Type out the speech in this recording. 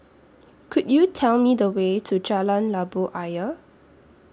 Could YOU Tell Me The Way to Jalan Labu Ayer